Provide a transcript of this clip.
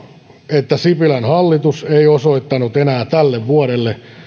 että sipilän hallitus ei osoittanut enää tälle vuodelle